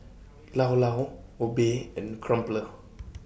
Llao Llao Obey and Crumpler